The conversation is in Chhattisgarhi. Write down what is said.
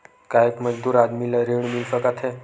का एक मजदूर आदमी ल ऋण मिल सकथे?